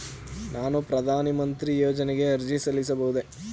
ನಾನು ಪ್ರಧಾನ ಮಂತ್ರಿ ಯೋಜನೆಗೆ ಅರ್ಜಿ ಸಲ್ಲಿಸಬಹುದೇ?